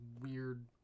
weird